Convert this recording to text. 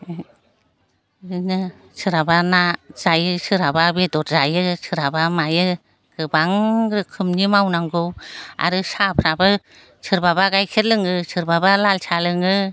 नोङो सोरहाबा ना जायो सोरहाबा बेदर जायो सोरहाबा मायो गोबां रोखोमनि मावनांगौ आरो साहाफ्राबो सोरबाबा गायखेर लोङो सोरबाबा लाल साहा लोङो